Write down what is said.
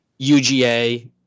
UGA